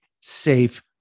safe